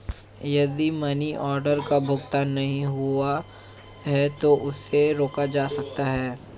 यदि money order का भुगतान नहीं हुआ है तो उसे रोका जा सकता है